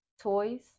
toys